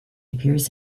appears